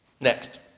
Next